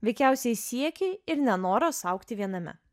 veikiausiai siekiai ir nenoras augti viename